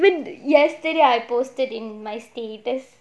even yesterday I posted in my status